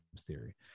theory